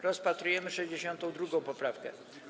Rozpatrujemy 62. poprawkę.